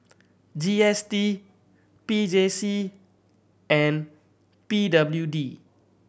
G S T P J C and P W D